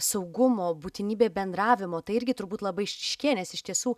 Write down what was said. saugumo būtinybė bendravimo tai irgi turbūt labai išryškėja nes iš tiesų